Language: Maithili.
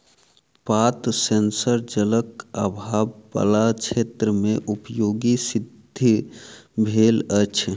पात सेंसर जलक आभाव बला क्षेत्र मे उपयोगी सिद्ध भेल अछि